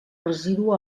residu